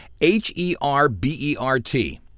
h-e-r-b-e-r-t